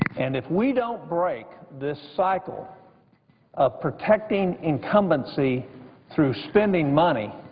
and if we don't break this cycle of protecting incumbency through spending money,